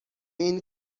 این